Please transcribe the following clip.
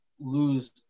lose